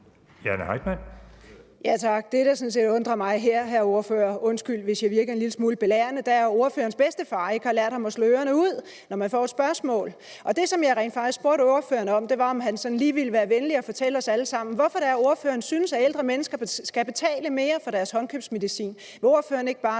Jane Heitmann (V): Tak. Det, der sådan set undrer mig her, vil jeg sige til hr. ordføreren – undskyld, hvis jeg virker en lille smule belærende – er, at ordførerens bedstefar ikke har lært ham at slå ørerne ud, når han får et spørgsmål. Det, som jeg rent faktisk spurgte ordføreren om, var, om han sådan lige ville være venlig at fortælle os alle sammen, hvorfor ordføreren synes, at ældre mennesker skal betale mere for deres håndkøbsmedicin. Vil ordføreren ikke bare